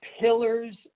pillars